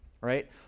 right